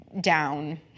down